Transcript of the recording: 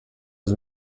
els